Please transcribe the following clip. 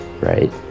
right